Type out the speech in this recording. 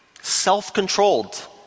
self-controlled